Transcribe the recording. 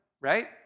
right